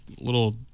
little